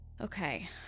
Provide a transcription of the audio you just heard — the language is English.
Okay